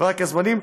רק הזמנים,